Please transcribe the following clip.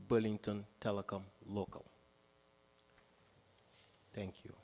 burlington telecom local thank you